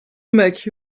make